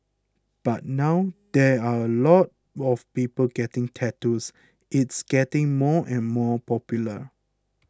but now there are a lot of people getting tattoos it's getting more and more popular